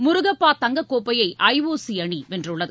முருகப்பா தங்கக் கோப்பையை I O சிஅணிவென்றுள்ளது